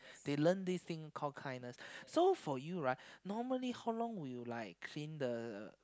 they learn this thing call kindness so for you right normally how long will you clean the